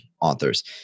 authors